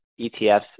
ETFs